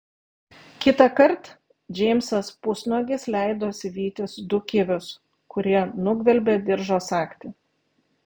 kitąkart džeimsas pusnuogis leidosi vytis du kivius kurie nugvelbė diržo sagtį